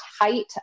height